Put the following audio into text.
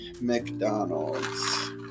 mcdonald's